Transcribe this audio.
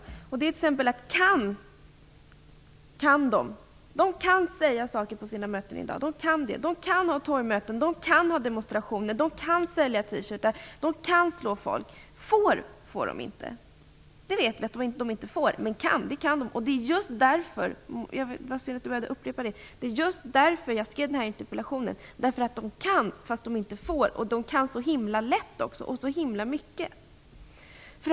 En sådan är t.ex. det nazisterna kan säga på sina möten i dag. De kan ha torgmöten, de kan sälja T-shirtar, de kan slå på folk. Att de inte får, det vet vi, men de kan. Det var just därför - det är synd att jag skall behöva upprepa det - jag skrev den här interpellationen. De kan trots att de inte får, och de kan så himla mycket och det är så himla lätt.